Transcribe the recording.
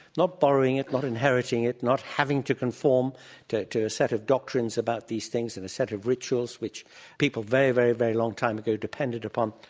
not borrowing it, not inheriting it, not having to conform to to a set of doctrines about these things and a set of rituals which people very, very, very long time ago depended upon